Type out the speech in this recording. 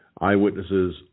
Eyewitnesses